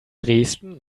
dresden